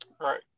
Right